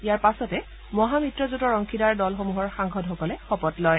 ইয়াৰ পাছতে মহা মিত্ৰজোঁটৰ অংশীদাৰ দলসমূহৰ সাংসদসকলে শপত লয়